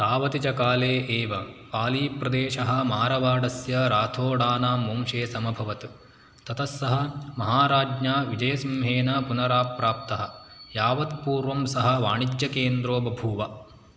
तावति च काले एव पाली प्रदेशः मारवाडस्य राथोडानां वंशे समभवत् तत सः महाराज्ञा विजयसिंहेन पुनराप्राप्तः यावत्पूर्वं सः वाणिज्यकेन्द्रो बभूव